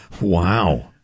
Wow